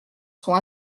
sont